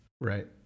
Right